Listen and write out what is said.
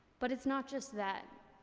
but it's not just that.